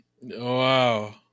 Wow